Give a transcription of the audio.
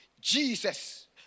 Jesus